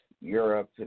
Europe